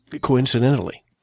coincidentally